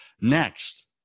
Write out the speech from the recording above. Next